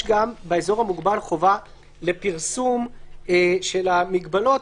גם באזור המוגבל חובה לפרסום של המגבלות.